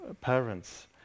parents